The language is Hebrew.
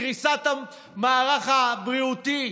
קריסת המערך הבריאותי,